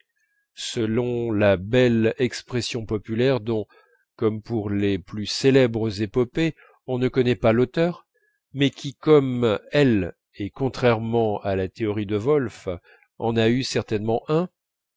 selon la belle expression populaire dont comme pour les plus célèbres épopées on ne connaît pas l'auteur mais qui comme elles et contrairement à la théorie de wolf en a eu certainement un